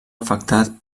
afectat